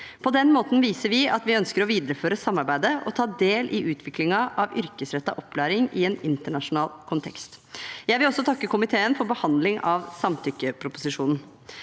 På den måten viser vi at vi ønsker å videreføre samarbeidet og ta del i utviklingen av yrkesrettet opplæring i en internasjonal kontekst. Jeg vil også takke komiteen for behandling av samtykkeproposisjonen.